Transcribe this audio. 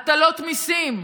הטלות מיסים,